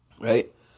Right